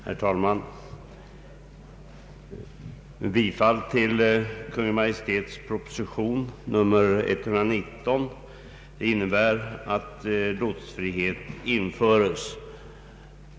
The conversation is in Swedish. Herr talman! Bifall till Kungl. Maj:ts proposition nr 119 innebär att lotsfrihet införs.